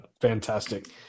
Fantastic